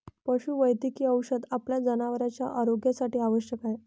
पशुवैद्यकीय औषध आपल्या जनावरांच्या आरोग्यासाठी आवश्यक आहे